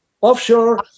offshore